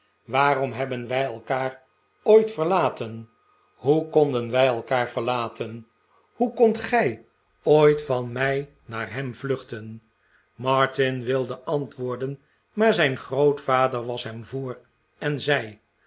waarom hebben wij elkaar ooit verlaten hoe konden wij elkaar verlaten hoe kondt gij ooit van mij naar hem vluchten martin wilde antwoorden maar zijn grootvader was hem voor en zei